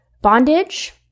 bondage